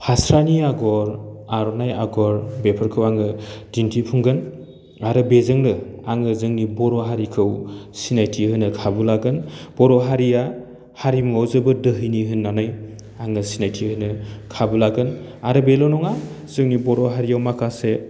फास्रानि आगर आर'नाइ आगर बेफोरखौ आङो दिन्थिफुंगोन आरो बेजोंनो आङो जोंनि बर' हारिखौ सिनायथि होनो खाबु लागोन बर' हारिया हारिमुवाव जोबोद दोहोनि होन्नानै आङो सिनायथि होनो खाबु लागोन आरो बेल' नङा जोंनि बर' हारियाव माखासे